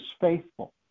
faithful